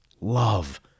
love